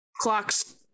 clocks